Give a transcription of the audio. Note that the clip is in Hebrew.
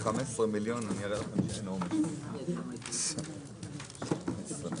הישיבה ננעלה בשעה 10:47.